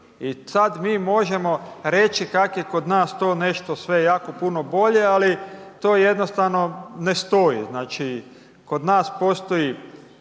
I sad mi možemo reći kako je kod nas to nešto sve jako puno bolje ali to jednostavno ne stoji. Znači kod nas postoji